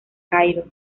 cairo